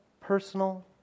personal